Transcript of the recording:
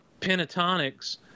pentatonics